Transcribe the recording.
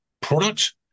product